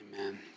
Amen